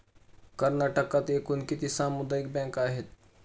कर्नाटकात एकूण किती सामुदायिक बँका आहेत?